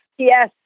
Yes